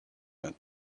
had